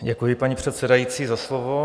Děkuji, paní předsedající, za slovo.